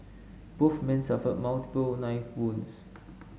both men suffered multiple knife wounds